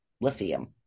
lithium